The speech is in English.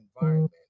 environment